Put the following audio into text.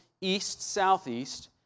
east-southeast